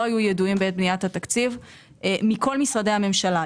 היו ידועים בעת בניית התקציב מכל משרדי הממשלה.